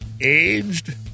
aged